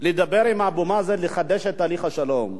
לדבר עם אבו מאזן, לחדש את תהליך השלום.